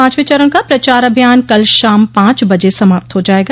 पांचवें चरण का प्रचार अभियान कल शाम पांच बजे समाप्त हो जायेगा